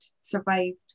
survived